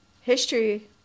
History